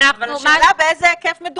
אבל השאלה היא על איזה היקף מדובר.